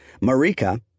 Marika